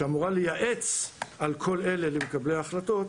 שאמורה לייעץ על כל אלה למקבלים ההחלטות,